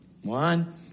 One